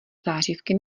zářivky